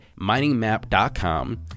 miningmap.com